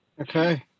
okay